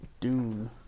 Dune